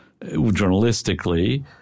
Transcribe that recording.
journalistically